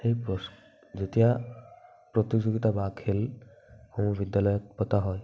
সেই যেতিয়া প্ৰতিযোগীতা বা খেলসমূহ বিদ্যালয়ত পতা হয়